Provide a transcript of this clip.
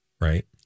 right